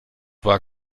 war